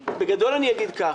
בגדול, אני אגיד כך.